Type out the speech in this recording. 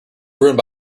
ruined